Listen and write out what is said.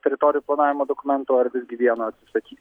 teritorijų planavimo dokumentų ar visgi vieno atsisakyt